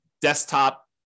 desktop